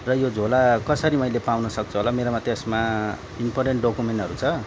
र यो झोला कसरी मैले पाउन सक्छु होला मेरोमा त्यसमा इम्पोर्टेन्ट डक्युमेन्टहरू छ